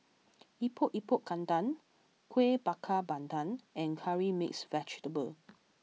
Epok Epok Kentang Kueh Bakar Pandan and Curry Mixed Vegetable